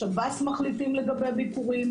שב"ס מחליטים לגבי ביקורים,